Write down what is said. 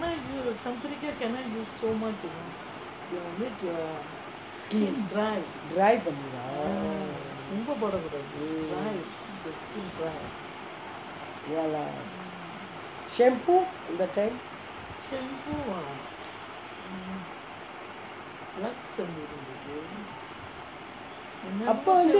skin dry பண்ணுதா:pannuthaa mm ya lah shampoo அந்த:antha time அப்போ வந்து:appo vanthu